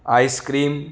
ice-cream